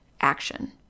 action